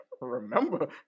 Remember